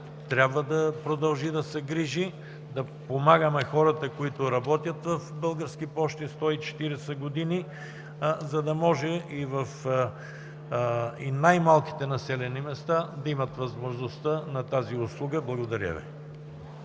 трябва да продължи да се грижи, да помага на хората – Български пощи работят от 140 години, за да може и в най-малките населени места да имат възможността за тази услуга. Благодаря Ви.